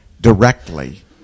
directly